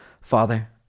Father